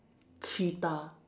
cheetah